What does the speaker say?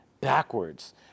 backwards